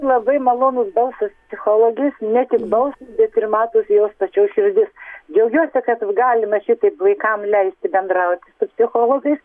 labai malonus balsas psichologės ne tik balsas bet ir matosi jos pačios širdis džiaugiuosi kad galima šitaip vaikam leisti bendrauti su psichologais